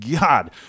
God